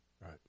Right